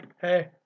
Hey